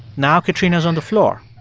now katrina is on the floor.